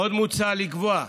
עוד מוצע לקבוע,